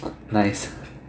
nice